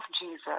Jesus